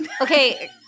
Okay